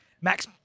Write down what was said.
Max